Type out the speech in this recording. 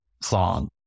song